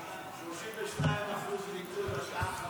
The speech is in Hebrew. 32% ליכוד, השאר,